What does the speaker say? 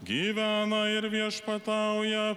gyvena ir viešpatauja